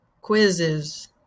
Quizzes